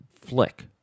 flick